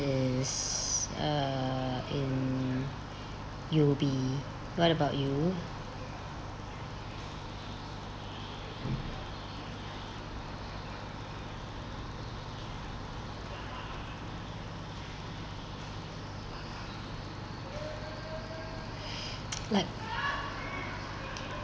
is err in U_O_B what about you like